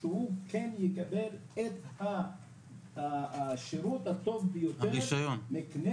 הוא כן יקבל את השירות הטוב ביותר בכנסת